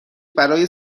برای